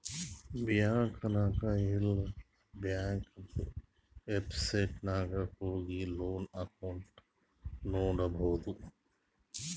bank ನಾಗ್ ಇಲ್ಲಾ ಬ್ಯಾಂಕ್ದು ವೆಬ್ಸೈಟ್ ನಾಗ್ ಹೋಗಿ ಲೋನ್ ಅಕೌಂಟ್ ನೋಡ್ಬೋದು